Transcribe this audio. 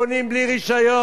בונים בלי רשיון.